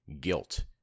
guilt